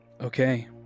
Okay